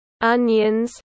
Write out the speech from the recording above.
onions